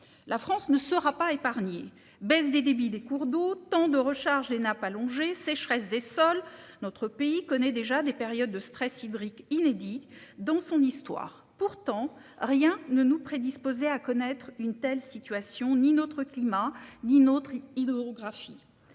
La France ne sera pas épargné, baisse des débits des cours d'eau, temps de recharge des nappes allongé sécheresse des sols. Notre pays connaît déjà des périodes de stress hydrique inédite dans son histoire. Pourtant rien ne nous prédisposait à connaître une telle situation ni notre climat ni notre. Hydrographie